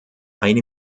eine